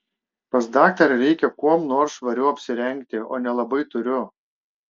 pas daktarą reikia kuom nors švariau apsirengti o nelabai turiu